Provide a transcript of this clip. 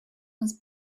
was